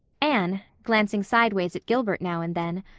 anne, glancing sideways at gilbert, now and then,